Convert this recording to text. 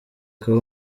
kuba